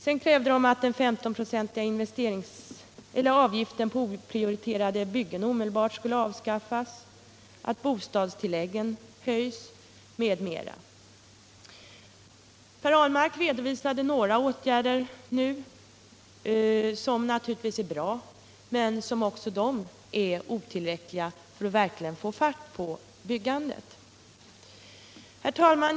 De krävde att den 15-procentiga avgiften på oprioriterade byggen omedelbart avskaffas, att bostadstilläggen höjs, m.m. Per Ahlmark redovisade nu några åtgärder som naturligtvis är bra men som också de är otillräckliga för att vi verkligen skall få fart på byggandet. Herr talman!